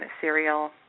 cereal